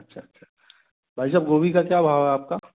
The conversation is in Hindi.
अच्छा अच्छा भाई साहब गोभी का क्या भाव है आपका